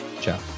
Ciao